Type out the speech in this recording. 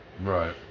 right